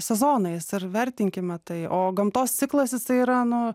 sezonais ir vertinkime tai o gamtos ciklas jisai yra nu